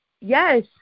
Yes